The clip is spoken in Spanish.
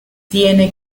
tiene